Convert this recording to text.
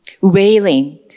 wailing